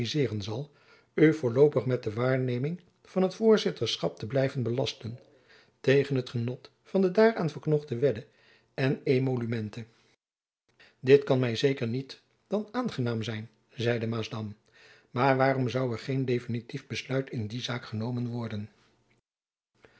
zal u voorloopig met de waarneming van het voorzitterschap te blijven belasten tegen genot van de daaraan verknochte wedde en emolumenten dit kan my zeker niet dan aangenaam zijn zeide maasdam maar waarom zoû er geen definitief besluit in die zaak genomen worden